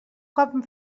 cop